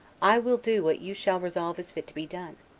i will do what you shall resolve is fit to be done.